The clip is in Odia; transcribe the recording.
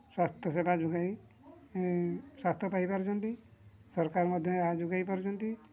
ସ୍ୱାସ୍ଥ୍ୟ ସେବା ଯୋଗେଇ ସ୍ୱାସ୍ଥ୍ୟ ପାଇ ପାରୁଛନ୍ତି ସରକାର ମଧ୍ୟ ଏହା ଯୋଗେଇ ପାରୁଛନ୍ତି